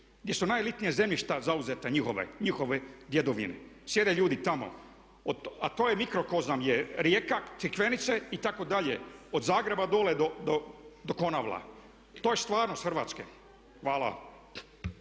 gdje su najelitnija zemljišta zauzeta njihove djedovine sjede ljudi tamo, a to je …/Ne razumije se./… Rijeke, Crikvenice itd., od Zagreba dolje do Konavla. To je stvarnost Hrvatske. Hvala.